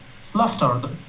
slaughtered